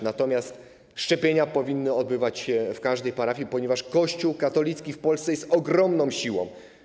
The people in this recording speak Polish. Natomiast szczepienia powinny odbywać się w każdej parafii, ponieważ Kościół katolicki w Polsce jest ogromną siłą.